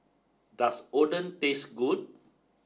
does Oden taste good